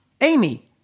Amy